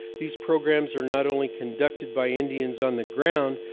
these programs are not only conducted by indians on the ground,